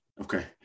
Okay